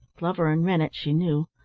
glover and rennett she knew.